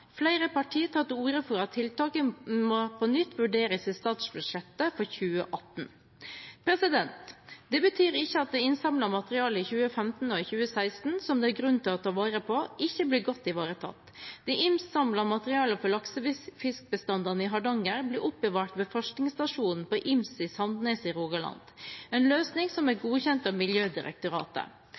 Flere partier tar til orde for at tiltaket på nytt må vurderes i statsbudsjettet for 2018. Det betyr ikke at innsamlet materiale i 2015 og i 2016 – som det er grunn til å ta vare på – ikke blir godt ivaretatt. Det innsamlede materialet fra laksefiskbestandene i Hardanger blir oppbevart ved forskningsstasjonen på Ims i Sandnes i Rogaland, en løsning som er godkjent av Miljødirektoratet.